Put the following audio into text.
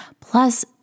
Plus